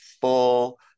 full